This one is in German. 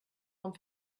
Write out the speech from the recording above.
form